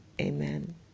amen